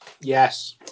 Yes